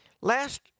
Last